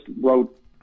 wrote